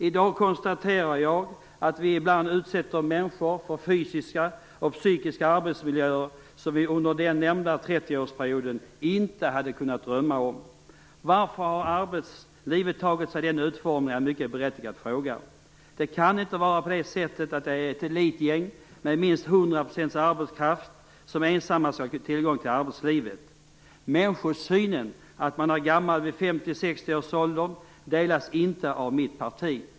I dag konstaterar jag att vi ibland utsätter människor för fysiska och psykiska arbetsmiljöer som vi under den nämnda trettioårsperioden inte hade kunnat drömma om. Varför arbetslivet har tagit sig den utformningen är en mycket berättigad fråga. Det kan inte vara på det sättet att ett elitgäng med minst 100 % arbetskraft ensamt skall ha tillgång till arbetslivet. Människosynen att man är gammal vid 50-60 års åldern delas inte av mitt parti.